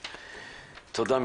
תודה.